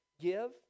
give